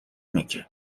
مکه